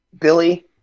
Billy